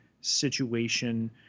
situation